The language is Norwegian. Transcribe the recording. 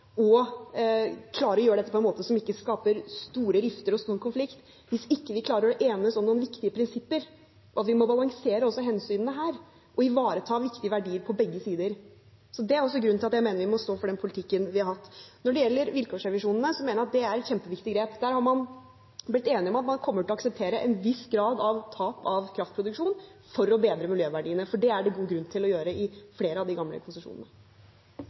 og klare å gjøre dette på en måte som ikke skaper store rifter og stor konflikt – hvis vi ikke klarer å enes om noen viktige prinsipper, at vi må balansere også hensynene her og ivareta viktige verdier på begge sider. Det er også en grunn til at jeg mener vi bør stå for den politikken vi har hatt. Når det gjelder vilkårsrevisjonene, mener jeg det er et kjempeviktig grep. Der har man blitt enige om at man kommer til å akseptere en viss grad av tap av kraftproduksjon for å bedre miljøverdiene, for det er det god grunn til å gjøre i flere av de gamle konsesjonene.